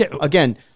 Again